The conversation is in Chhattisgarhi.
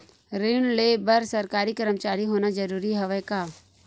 ऋण ले बर सरकारी कर्मचारी होना जरूरी हवय का?